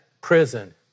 prison